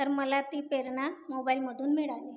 तर मला ती प्रेरणा मोबाईलमधून मिळाली